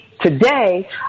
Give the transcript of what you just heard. today